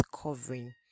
covering